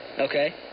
Okay